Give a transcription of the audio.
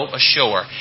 ashore